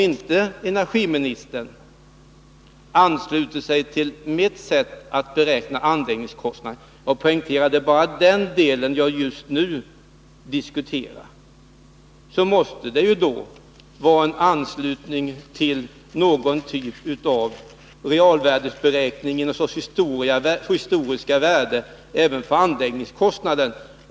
Men om energiministern inte ansluter sig till mitt sätt att beräkna anläggningskostnaderna-— jag poängterar att det bara är den delen jag just nu diskuterar —, måste hon i stället ansluta sig till någon typ av realvärdesberäkning eller någon sorts historiska värden även för anläggningskostnaden.